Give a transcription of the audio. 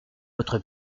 votre